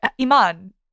Iman